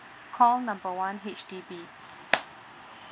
call numebr one H_D_B